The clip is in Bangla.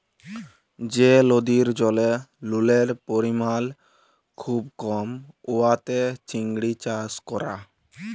যে লদির জলে লুলের পরিমাল খুব কম উয়াতে চিংড়ি চাষ ক্যরা